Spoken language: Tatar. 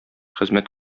хезмәт